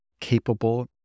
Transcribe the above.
capable